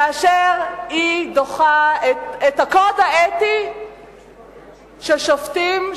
כאשר היא דוחה את הקוד האתי של שופטים,